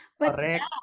Correct